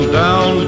down